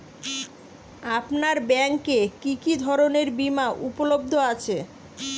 আপনার ব্যাঙ্ক এ কি কি ধরনের বিমা উপলব্ধ আছে?